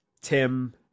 Tim